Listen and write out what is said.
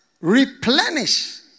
replenish